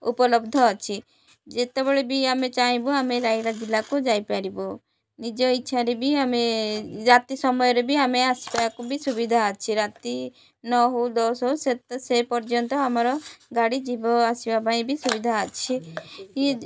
ଉପଲବ୍ଧ ଅଛି ଯେତେବେଳେ ବି ଆମେ ଚାହିଁବୁ ଆମେ ରାୟଗଡ଼ା ଜିଲ୍ଲାକୁ ଯାଇପାରିବୁ ନିଜ ଇଚ୍ଛାରେ ବି ଆମେ ରାତି ସମୟରେ ବି ଆମେ ଆସିବାକୁ ବି ସୁବିଧା ଅଛି ରାତି ନଅ ହେଉ ଦଶ ହେଉ ସେ ପର୍ଯ୍ୟନ୍ତ ଆମର ଗାଡ଼ି ଯିବା ଆସିବା ପାଇଁ ବି ସୁବିଧା ଅଛି